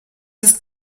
ist